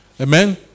amen